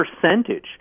percentage